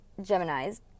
Geminis